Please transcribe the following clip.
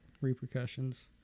repercussions